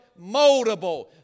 moldable